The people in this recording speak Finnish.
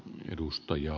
n edustaja